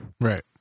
Right